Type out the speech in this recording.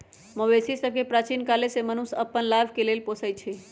मवेशि सभके प्राचीन काले से मनुष्य अप्पन लाभ के लेल पोसइ छै